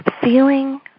feeling